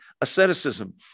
asceticism